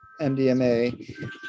MDMA